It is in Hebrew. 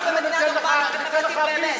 אנחנו ניתן לך ויזה, לבקר.